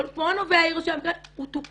כמו נווה האירוס שהיה מקרה, הוא מתוקן.